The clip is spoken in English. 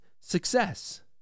success